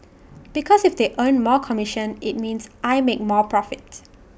because if they earn more commission IT means I make more profit